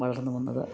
വളർന്നു വന്നത്